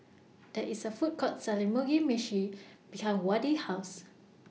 There IS A Food Court Selling Mugi Meshi behind Wade's House